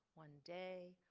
one day,